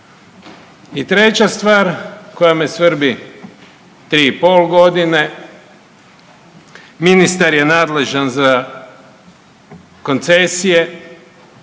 I treća stvar koja me svrbi, 3,5.g. ministar je nadležan za koncesije,